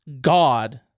god